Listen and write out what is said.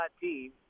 team